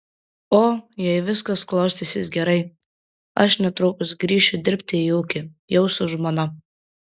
o jei viskas klostysis gerai aš netrukus grįšiu dirbti į ūkį jau su žmona